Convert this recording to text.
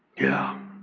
yeah.